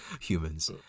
humans